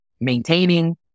maintaining